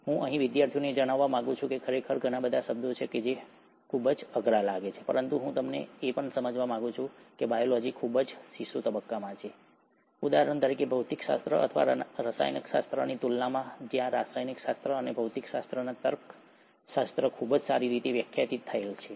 હું અહીં વિદ્યાર્થીઓને જણાવવા માંગુ છું કે ખરેખર ઘણા બધા શબ્દો છે જે ખૂબ જ અઘરા લાગે છે પરંતુ હું તમને એ પણ સમજવા માંગું છું કે બાયોલોજી ખૂબ જ શિશુ તબક્કામાં છે ઉદાહરણ તરીકે ભૌતિકશાસ્ત્ર અથવા રસાયણશાસ્ત્રની તુલનામાં જ્યાં રસાયણશાસ્ત્ર અને ભૌતિકશાસ્ત્રના તર્કશાસ્ત્ર ખૂબ જ સારી રીતે વ્યાખ્યાયિત થયેલ છે